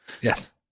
Yes